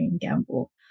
Gamble